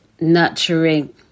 nurturing